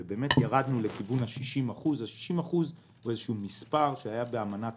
ובאמת ירדנו לכיוון 60%. 60% הוא מספר שהיה באמנת